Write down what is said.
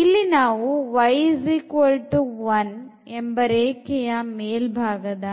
ಇಲ್ಲಿ ನಾವು y1 ರೇಖೆಯ ಮೇಲ್ಭಾಗದ